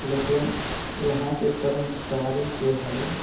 लेकिन यहाँके कर्मचारी जे हइ